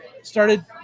Started